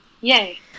Yay